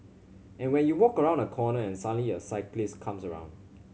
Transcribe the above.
and when you walk around a corner and suddenly a cyclist comes around